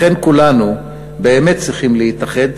לכן כולנו באמת צריכים להתאחד,